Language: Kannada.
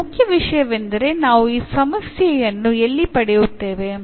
ಮತ್ತು ಮುಖ್ಯ ವಿಷಯವೆಂದರೆ ನಾವು ಈಗ ಸಮಸ್ಯೆಯನ್ನು ಎಲ್ಲಿ ಪಡೆಯುತ್ತೇವೆ